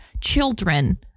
children